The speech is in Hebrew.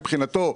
מבחינתו,